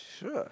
sure